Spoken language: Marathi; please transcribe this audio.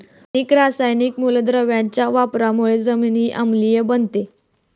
अनेक रासायनिक मूलद्रव्यांच्या वापरामुळे जमीनही आम्लीय बनते